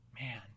Man